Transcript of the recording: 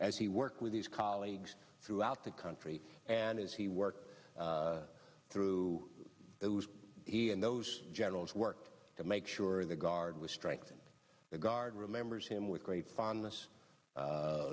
as he worked with his colleagues throughout the country and as he worked through those he and those generals work to make sure the guard was strengthened the guard remembers him with great fondness